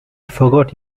forgot